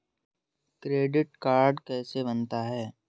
Credit card कैसे बनता है?